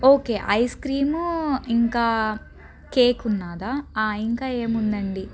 okay ice cream ఇంకా cake ఉన్నాదా ఇంకా ఏముంది అండి